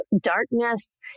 darkness